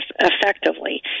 effectively